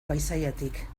paisaiatik